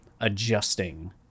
adjusting